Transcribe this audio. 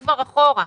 אחורה.